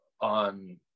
on